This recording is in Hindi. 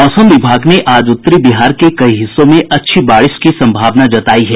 मौसम विभाग ने आज उत्तरी बिहार के कई हिस्सों में अच्छी बारिश की संभावना जतायी है